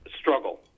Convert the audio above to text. struggle